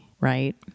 right